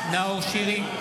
שירי,